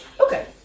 Okay